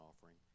offering